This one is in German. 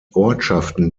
ortschaften